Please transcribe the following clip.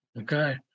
okay